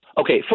Okay